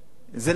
זה לא אומר?